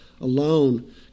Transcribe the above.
alone